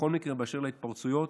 בכל מקרה, באשר להתפרצויות,